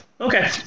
Okay